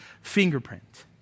fingerprint